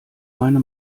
meine